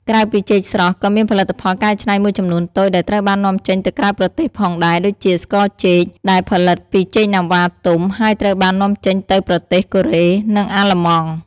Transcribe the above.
ក្រៅពីចេកស្រស់ ក៏មានផលិតផលកែច្នៃមួយចំនួនតូចដែលត្រូវបាននាំចេញទៅក្រៅប្រទេសផងដែរ ដូចជា ស្ករចេក ដែលផលិតពីចេកណាំវ៉ាទុំ ហើយត្រូវបាននាំចេញទៅប្រទេសកូរ៉េ និងអាល្លឺម៉ង់។